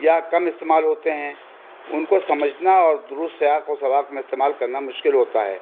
یا کم استعمال ہوتے ہیں ان کو سمجھنا اور درست سیاق و سباق میں استعمال کرنا مشکل ہوتا ہے